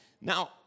Now